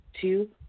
two